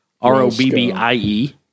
R-O-B-B-I-E